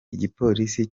igipolisi